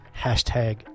Hashtag